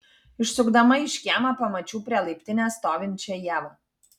išsukdama iš kiemo pamačiau prie laiptinės stovinčią ievą